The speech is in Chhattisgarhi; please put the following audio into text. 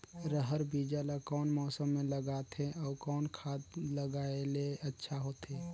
रहर बीजा ला कौन मौसम मे लगाथे अउ कौन खाद लगायेले अच्छा होथे?